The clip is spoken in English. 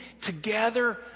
together